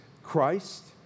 Christ